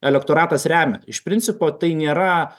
elektoratas remia iš principo tai nėra